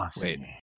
wait